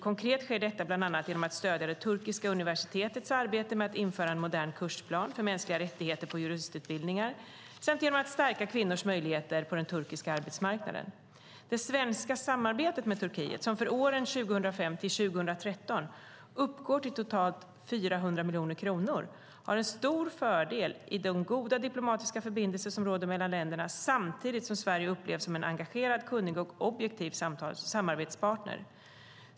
Konkret sker detta bland annat genom att stödja turkiska universitets arbete med att införa en modern kursplan för mänskliga rättigheter på juristutbildningar samt genom att stärka kvinnors möjligheter på den turkiska arbetsmarknaden. Det svenska samarbetet med Turkiet, som för åren 2005-2013 uppgår till totalt 400 miljoner kronor, har en stor fördel i de goda diplomatiska förbindelser som råder mellan länderna, samtidigt som Sverige upplevs som en engagerad, kunnig och objektiv samarbetspartner.